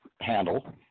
handle